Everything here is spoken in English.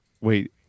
Wait